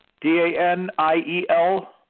D-A-N-I-E-L